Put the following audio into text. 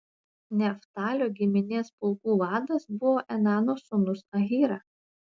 neftalio giminės pulkų vadas buvo enano sūnus ahyra